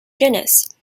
genus